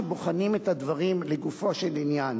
הנה כי כן, לאחר שבוחנים את הדברים לגופו של עניין